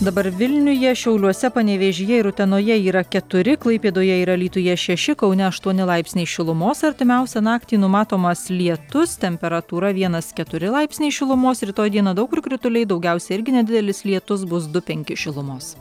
dabar vilniuje šiauliuose panevėžyje ir utenoje yra keturi klaipėdoje ir alytuje šeši kaune aštuoni laipsniai šilumos artimiausią naktį numatomas lietus temperatūra vienas keturi laipsniai šilumos rytoj dieną daug kur krituliai daugiausiai irgi nedidelis lietus bus du penki šilumos